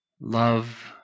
Love